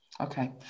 Okay